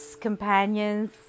companions